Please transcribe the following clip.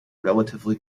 relatively